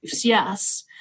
Yes